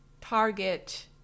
target